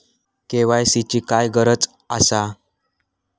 KYC ची काय गरज आसा?